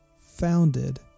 founded